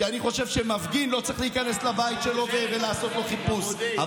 כי אני חושב שלא צריך להיכנס לבית של מפגין ולעשות לו חיפוש.